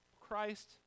Christ